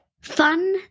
fun